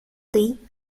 lee